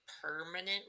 Permanent